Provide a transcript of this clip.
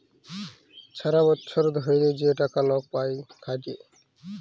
ছারা বচ্ছর ধ্যইরে যে টাকা লক পায় খ্যাইটে